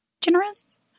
Generous